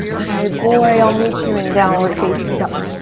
my boy. i'll meet you in downard facing dog.